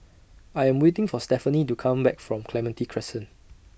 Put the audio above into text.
I Am waiting For Stefanie to Come Back from Clementi Crescent